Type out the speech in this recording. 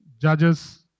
Judges